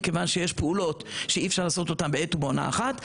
מכיוון שיש פעולות שאי אפשר לעשות אותן בעת ובעונה אחת.